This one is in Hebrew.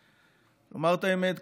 נאמר את האמת,